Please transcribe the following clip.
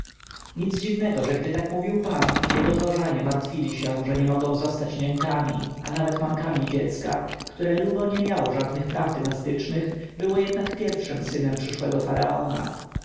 nic dziwnego że gdy tak mówił pan jego dworzanie martwili się że nie mogą zostać niańkami a nawet mamkami dziecka które lubo nie miało żadnych praw dynastycznych było jednak pierwszym synem przyszłego faraona